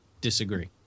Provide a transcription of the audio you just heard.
disagree